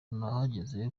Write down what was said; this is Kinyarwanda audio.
nahagera